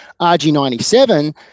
RG97